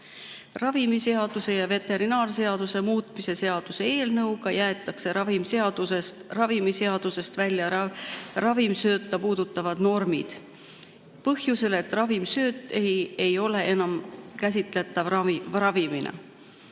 Ravimiseaduse ja veterinaarseaduse muutmise seaduse eelnõuga jäetakse ravimiseadusest välja ravimsööta puudutavad normid põhjusel, et ravimsööt ei ole enam käsitletav ravimina.